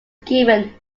given